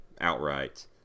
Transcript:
outright